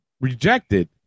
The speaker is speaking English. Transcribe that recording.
rejected